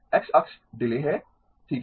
x अक्ष डिले है ठीक है